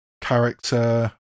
character